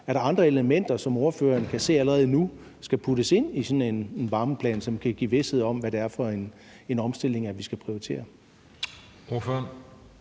er der andre elementer, som ordføreren allerede nu kan se skal puttes ind i sådan en varmeplan, som kan give vished om, hvad det er for en omstilling, vi skal prioritere?